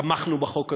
תמכנו בחוק הזה,